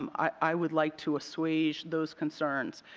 um i would like to assuage those concerns.